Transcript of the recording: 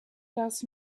das